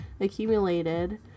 accumulated